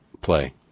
play